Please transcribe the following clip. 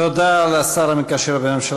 תודה לשר המקשר בין הממשלה